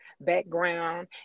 background